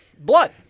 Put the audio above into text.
blood